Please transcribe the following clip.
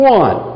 one